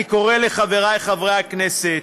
אני קורא לחברי חברי הכנסת,